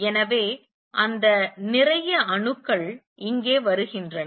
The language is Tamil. எனவே அந்த நிறைய அணுக்கள் இங்கே வருகின்றன